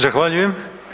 Zahvaljujem.